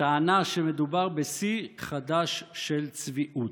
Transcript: בטענה שמדובר בשיא חדש של צביעות.